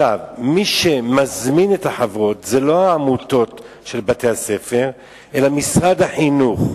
מי שמזמין את החברות זה לא העמותות של בתי-הספר אלא משרד החינוך,